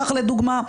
כך לדוגמה,